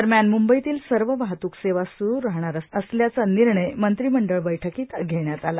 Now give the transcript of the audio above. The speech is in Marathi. दरम्यान मुंबईतील सर्व वाहतूक सेवा सुरू राहणार असल्याच निर्णय मंत्रिमंडळ बैठकीत घेण्यात आला